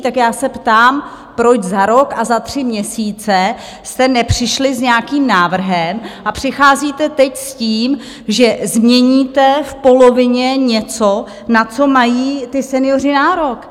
Tak já se ptám, proč za rok a tři měsíce jste nepřišli s nějakým návrhem a přicházíte teď s tím, že změníte v polovině něco, na co mají ti senioři nárok?